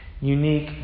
unique